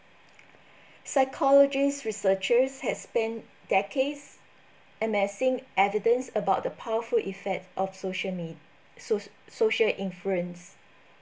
psychologists researchers had spent decades amassing evidence about the powerful effects of social me~ so~ social influence